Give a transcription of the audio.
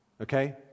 Okay